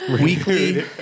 weekly